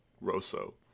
Rosso